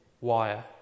wire